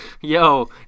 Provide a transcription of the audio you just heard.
yo